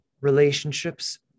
relationships